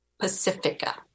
Pacifica